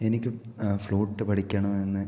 എനിക്ക് ഫ്ലുട്ട് പഠിക്കണമെന്ന്